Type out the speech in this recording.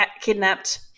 kidnapped